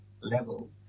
level